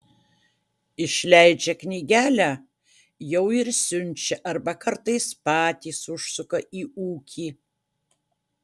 išleidžia knygelę jau ir siunčia arba kartais patys užsuka į ūkį